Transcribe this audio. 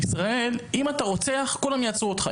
בישראל אם אתה רוצח כולם יעצרו אותך.